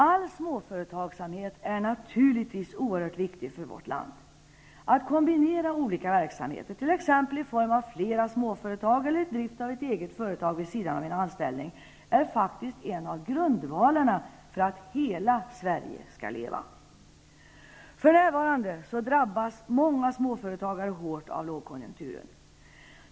All småföretagsamhet är naturligtvis oerhört viktig för vårt land. Att människor kombinerar olika verksamheter t.ex. i form av flera småföretag eller drift av ett eget företag vid sidan om en anställning, är faktiskt en av grundvalarna för att hela Sverige skall leva. För närvarande drabbas många småföretagare hårt av lågkonjunkturen.